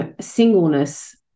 singleness